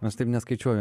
nu aš taip neskaičiuoju